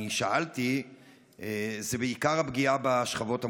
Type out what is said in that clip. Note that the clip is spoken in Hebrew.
שאלתי זה בעיקר הפגיעה בשכבות המוחלשות.